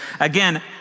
again